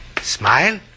Smile